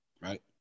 right